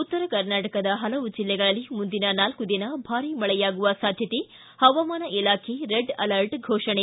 ಉತ್ತರ ಕರ್ನಾಟಕದ ಹಲವು ಜಿಲ್ಲೆಗಳಲ್ಲಿ ಮುಂದಿನ ನಾಲ್ಕ ದಿನ ಭಾರಿ ಮಳೆಯಾಗುವ ಸಾಧ್ಯತೆ ಹವಾಮಾನ ಇಲಾಖೆ ರೆಡ್ ಅಲರ್ಟ್ ಘೋಷಣೆ